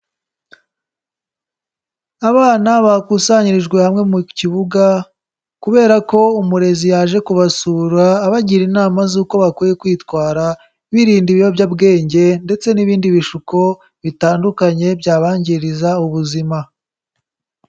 Abana bakusanyirijwe hamwe mu kibuga, kubera ko umurezi yaje kubasura, abagira inama z'uko bakwiye kwitwara, birinda ibiyobyabwenge, ndetse n'ibindi bishuko bitandukanye byabangiriza ubuzima.